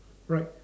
right